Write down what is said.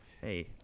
hey